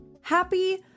Happy